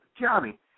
Johnny